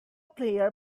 player